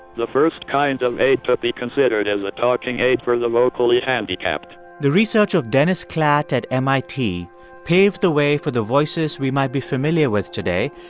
the first kind of aid to be considered as a talking aid for the vocally handicapped the research of dennis klatt at mit paved the way for the voices we might be familiar with today,